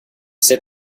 sit